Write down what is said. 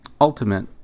ultimate